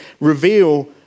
reveal